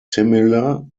similar